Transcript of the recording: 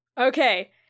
okay